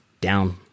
down